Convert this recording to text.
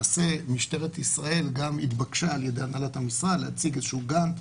משטרת ישראל גם התבקשה על ידי הנהלת המשרד להציג איזשהו גאנט,